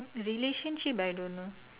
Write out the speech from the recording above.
relationship I don't know